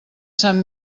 sant